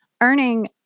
earning